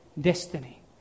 destiny